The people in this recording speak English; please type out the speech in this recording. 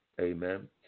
Amen